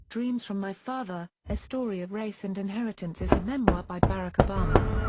dreams from my father a story of race and inheritance is a memoir by barack obama.